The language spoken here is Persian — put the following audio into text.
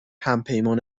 همپیمان